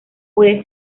puede